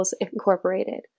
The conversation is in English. Incorporated